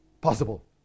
possible